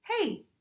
hey